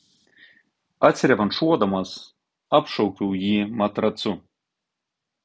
atsirevanšuodamas apšaukiau jį matracu